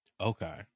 Okay